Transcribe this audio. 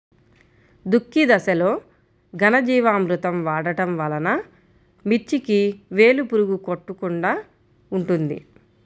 దుక్కి దశలో ఘనజీవామృతం వాడటం వలన మిర్చికి వేలు పురుగు కొట్టకుండా ఉంటుంది?